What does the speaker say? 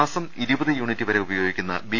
മാസം ഇരുപത് യൂണിറ്റ് വരെ ഉപയോഗിക്കുന്ന ബി